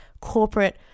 corporate